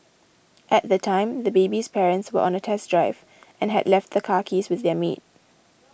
at the time the baby's parents were on a test drive and had left the car keys with their maid